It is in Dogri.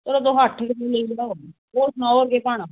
चलो तुस अट्ठ किलो पाई लैओ तुस सनाओ तुसें केह् लैनां